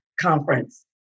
Conference